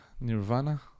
nirvana